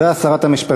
תודה, שרת המשפטים.